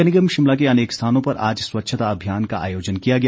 नगर निगम शिमला के अनेक स्थानों पर आज स्वच्छता अभियान का आयोजन किया गया